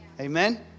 Amen